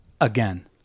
again